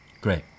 Great